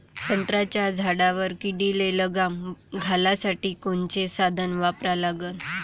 संत्र्याच्या झाडावर किडीले लगाम घालासाठी कोनचे साधनं वापरा लागन?